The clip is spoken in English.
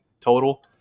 total